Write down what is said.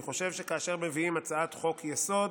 אני חושב שכאשר מביאים הצעת חוק-יסוד,